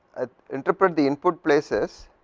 interrupt the input places